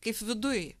kaip viduj